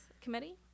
Committee